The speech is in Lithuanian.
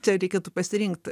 čia reikėtų pasirinkt